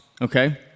okay